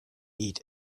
eat